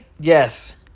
Yes